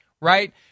right